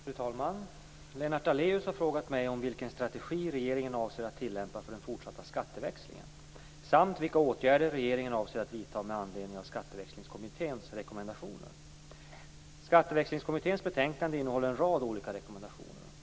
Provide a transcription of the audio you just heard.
Fru talman! Lennart Daléus har frågat mig om vilken strategi regeringen avser att tillämpa för den fortsatta skatteväxlingen samt vilka åtgärder regeringen avser att vidta med anledning av Skatteväxlingskommitténs rekommendationer. Skatteväxlingskommitténs betänkande innehåller en rad olika rekommendationer.